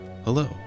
Hello